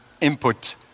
input